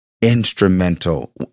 instrumental